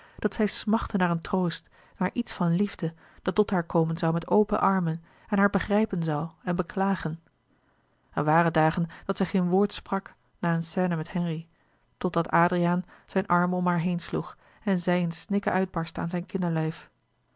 dat zij smachtte naar een troost naar iets van liefde dat tot haar komen zoû met open armen en haar begrijpen zoû en beklagen er waren dagen dat zij geen woord sprak na een scène met henri totdat adriaan zijne armen om haar heen sloeg en zij in snikken uitbarstte aan zijn